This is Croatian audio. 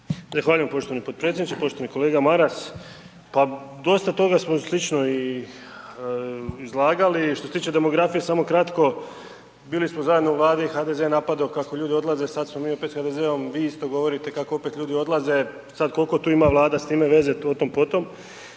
poštovani potpredsjedniče. Poštovani kolega Maras, pa dosta toga smo slično i izlagali. Što se tiče demografije, samo kratko, bili smo zajedno u Vladi, HDZ je napadao kako ljudi odlaze, sada smo mi opet s HDZ-om, vi isto govorite kako opet ljudi odlaze. Sad koliko tu ima Vlada s time veze otom potom,